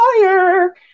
fire